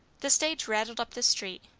the stage rattled up the street,